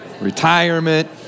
retirement